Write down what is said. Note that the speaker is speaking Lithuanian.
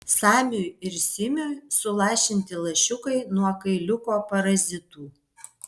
samiui ir simiui sulašinti lašiukai nuo kailiuko parazitų